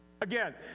Again